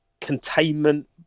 containment